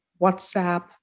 WhatsApp